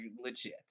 legit